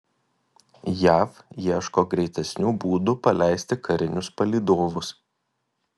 jav ieško greitesnių būdų paleisti karinius palydovus